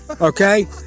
Okay